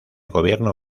gobierno